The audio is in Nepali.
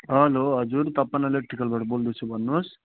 हेलो हजुर तपन इलेक्ट्रिकलबाट बोल्दैछु भन्नुहोस्